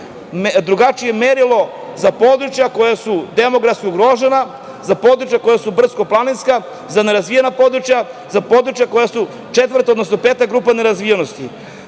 drugačije merilo za područja koja su demografski ugrožena, za područja koja su brdsko-planinska, za nerazvijena područja, za područja koja su četvrta, odnosno peta grupa nerazvijenosti.